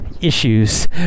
issues